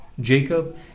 Jacob